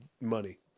money